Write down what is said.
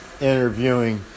interviewing